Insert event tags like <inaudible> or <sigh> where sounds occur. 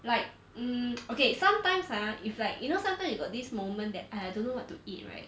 like mm okay <noise> sometimes ah if like you know sometimes you got this moment that !aiya! I don't know what to eat right